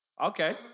Okay